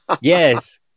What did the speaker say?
Yes